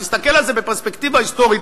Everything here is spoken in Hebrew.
כשתסתכל על זה בפרספקטיבה היסטורית,